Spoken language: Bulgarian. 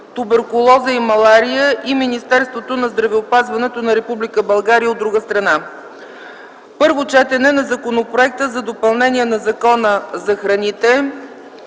туберкулоза и малария и Министерството на здравеопазването на Република България. 8. Първо четене на Законопроекта за допълнение на Закона за храните.